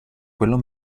quello